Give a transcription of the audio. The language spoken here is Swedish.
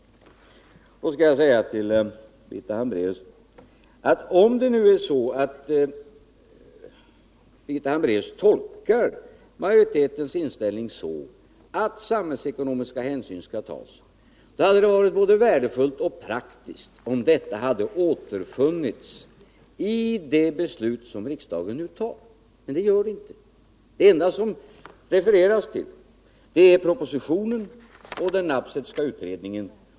Om Birgitta Hambraeus tolkar majoritetens inställning så, att samhällsekonomiska hänsyn skall tas, hade det varit både värdefullt och praktiskt om detta kunnat återfinnas i det beslut som riksdagen nu skall fatta. Men så är inte fallet. Det enda man refererar till är propositionen och den Nabsethska utredningen.